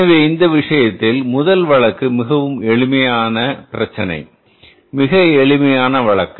எனவே இந்த விஷயத்தில் முதல் வழக்கு மிகவும் எளிமையான பிரச்சினை மிக எளிமையான வழக்கு